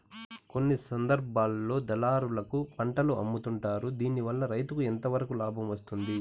కొన్ని సందర్భాల్లో దళారులకు పంటలు అమ్ముతుంటారు దీనివల్ల రైతుకు ఎంతవరకు లాభం వస్తుంది?